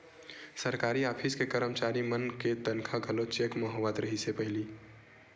सरकारी ऑफिस के करमचारी मन के तनखा घलो चेक म होवत रिहिस हे पहिली